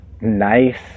nice